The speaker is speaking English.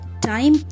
time